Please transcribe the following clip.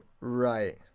Right